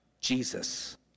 Jesus